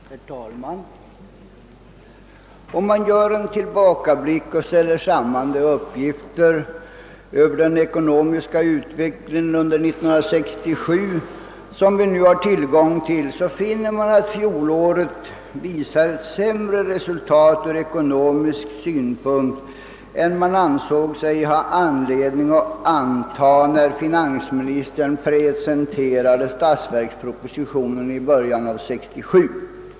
Herr talman! Om man gör en tillbakablick och ställer samman de uppgifter över den ekonomiska utvecklingen under 1967 som vi nu har tillgång till, så finner man att fjolåret visar sämre resultat ur ekonomisk synpunkt än man ansåg sig ha anledning att anta när finansministern presenterade statsverkspropositionen i början av år 1967.